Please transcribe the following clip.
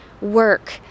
work